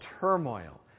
turmoil